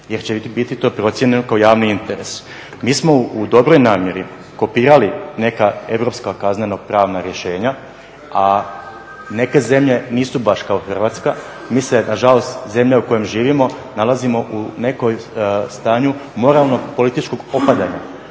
jer će biti to procijenjeno kao javni interes. Mi smo u dobroj namjeri kopirali neka europska kaznenopravna rješenja, a neke zemlje nisu baš kao Hrvatska. Mi se nažalost zemlja u kojoj živimo nalazimo u nekom stanju moralnog političkog opadanja,